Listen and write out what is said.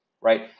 right